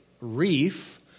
reef